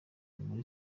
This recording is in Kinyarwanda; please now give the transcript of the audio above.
muri